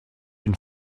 une